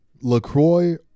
LaCroix